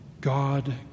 God